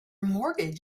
mortgage